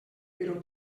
però